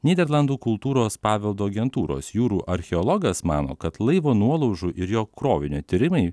nyderlandų kultūros paveldo agentūros jūrų archeologas mano kad laivo nuolaužų ir jo krovinio tyrimai